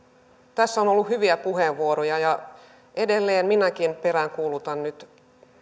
tässä on ollut hyviä puheenvuoroja ja edelleen minäkin peräänkuulutan